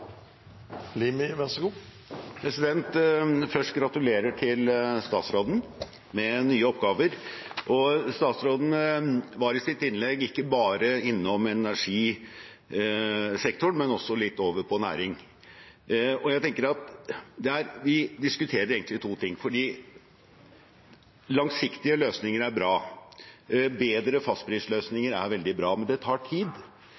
statsråden med nye oppgaver. Statsråden var i sitt innlegg ikke bare innom energisektoren, men også litt over på næring. Vi diskuterer egentlig to ting. Langsiktige løsninger er bra. Bedre fastprisløsninger er veldig bra. Men det tar tid.